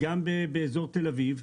גם מאזור תל אביב,